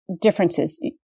differences